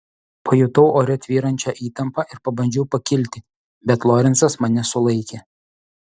pajutau ore tvyrančią įtampą ir pabandžiau pakilti bet lorencas mane sulaikė